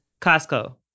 Costco